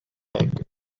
egg